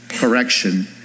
correction